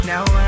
Now